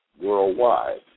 worldwide